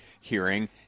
hearing